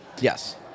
Yes